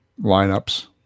lineups